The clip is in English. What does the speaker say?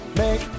make